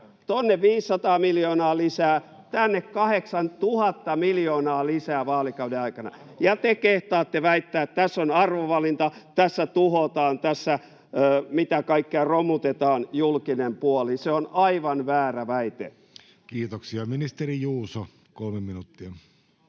tuonne 500 miljoonaa lisää, tänne 8 000 miljoonaa lisää vaalikauden aikana — [Keskustasta: Avovalinta!] ja te kehtaatte väittää, että tässä on arvovalinta, tässä tuhotaan, tässä — mitä kaikkea — romutetaan julkinen puoli. Se on aivan väärä väite. Kiitoksia. — Ministeri Juuso, kolme minuuttia.